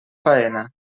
faena